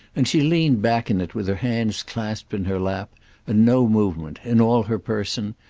and she leaned back in it with her hands clasped in her lap and no movement, in all her person,